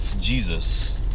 Jesus